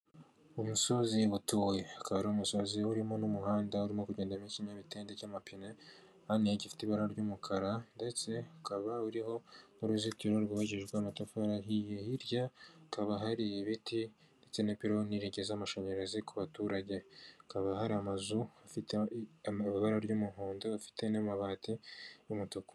Umusozi utuwe, akaba ari umusozi urimo n'umuhanda urimo kugendamo ikinkinyamitende cy'amapine ane gifite ibara ry'umukara, ndetse ukaba uriho uruzitiro rwubakishijwe amatafari ahiye, hirya hakaba hari ibiti, ndetse n'ipironi rigeza amashanyarazi ku baturage, hakaba hari amazu afite amabara ry'umuhondo afite n'amabati y'umutuku.